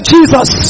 Jesus